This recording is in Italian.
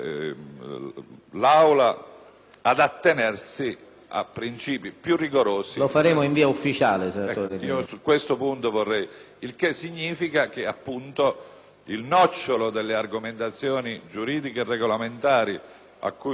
Lo faremo in via ufficiale, senatore.